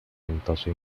ventoso